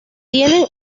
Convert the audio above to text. tienen